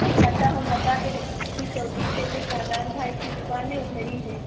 اب پتا ہم بتا دے رہے ہیں کہ اندھے کی چوکی پہ شادان بھائی کی دکان ہے ادھر ہی ہے